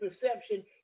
perception